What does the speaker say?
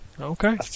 okay